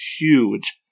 huge